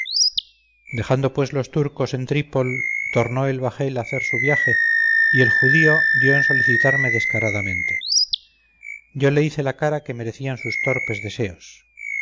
dejando pues los turcos en trípol tornó el bajel a hacer su viaje y el judío dio en solicitarme descaradamente yo le hice la cara que merecían sus torpes deseos